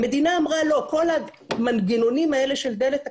המדינה אמרה לא, כל המנגנונים האלה של דלת הכניסה,